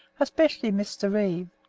especially mr. reeve,